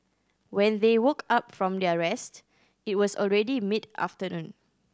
when they woke up from their rest it was already mid afternoon